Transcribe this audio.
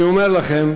אני אומר לכם,